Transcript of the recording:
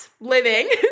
living